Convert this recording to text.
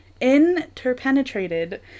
interpenetrated